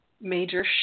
major